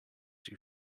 you